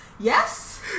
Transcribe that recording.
Yes